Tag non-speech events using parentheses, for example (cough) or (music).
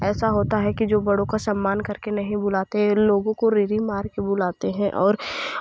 ऐसा होता है कि जो बड़ों का सम्मान करके नहीं बुलाते लोगों को (unintelligible) मारके बुलाते हैं और